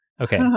Okay